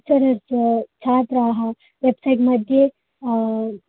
lecturers छात्राः website मध्ये